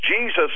Jesus